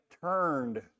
turned